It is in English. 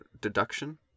deduction